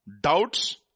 Doubts